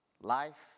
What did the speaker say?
life